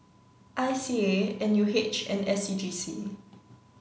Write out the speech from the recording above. I CA N U H and S C G C